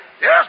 Yes